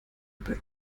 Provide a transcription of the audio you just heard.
über